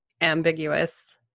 ambiguous